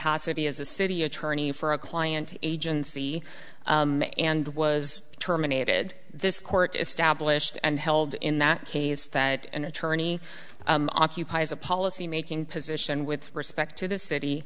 capacity as a city attorney for a client agency and was terminated this court established and held in that case that an attorney occupies a policymaking position with respect to the city